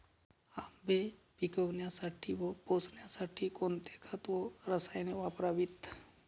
आंबे पिकवण्यासाठी व पोसण्यासाठी कोणते खत व रसायने वापरावीत?